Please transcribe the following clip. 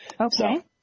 Okay